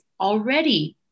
already